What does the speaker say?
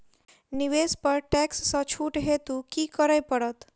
निवेश पर टैक्स सँ छुट हेतु की करै पड़त?